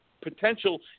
potential